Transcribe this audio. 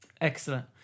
Excellent